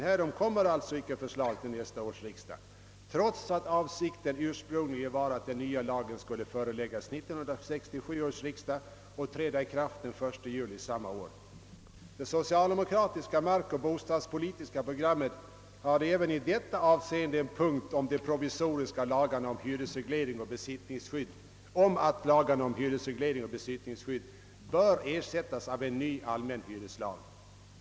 Härom kommer alltså förslag icke att framläggas för nästa års riksdag, trots att det ursprungligen var avsikten att lagen skulle kunna träda i kraft den 1 juli samma år. Det socialdemokratiska markoch bostadspolitiska programmet hade även i detta avsende en punkt om att de provisoriska lagarna om hyresreglering och besittningsskydd borde ersättas av en ny allmän hyreslag.